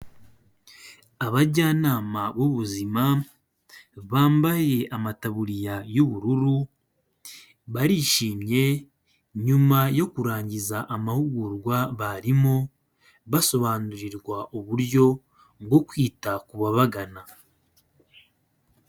Abajyanama b'ubuzima bambaye amataburiya y'ubururu barishimye nyuma yo kurangiza amahugurwa barimo basobanurirwa uburyo bwo kwita ku babagana.